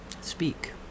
speak